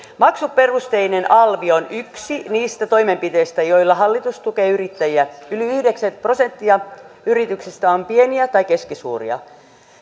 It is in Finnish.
maksuperusteinen alvi on yksi niistä toimenpiteistä joilla hallitus tukee yrittäjiä yli yhdeksänkymmentä prosenttia yrityksistä on pieniä tai keskisuuria